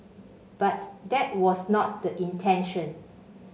but that was not the intention